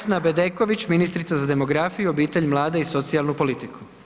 Vesna Bedeković, ministrica za demografiju, obitelj, mlade i socijalnu politiku.